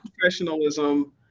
professionalism